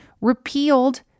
repealed